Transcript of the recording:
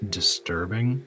Disturbing